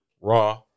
Raw